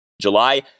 July